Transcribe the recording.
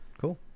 cool